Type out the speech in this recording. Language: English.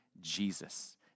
Jesus